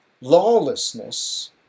lawlessness